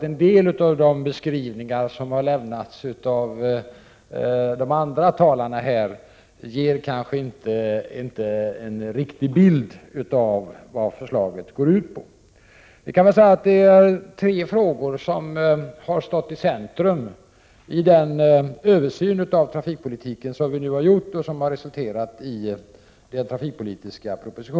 En del av de beskrivningar som har lämnats av de andra talarna ger kanske inte en riktig bild av vad förslaget går ut på. Tre frågor har stått i centrum i den översyn av trafikpolitiken som har resulterat i den trafikpolitiska propositionen.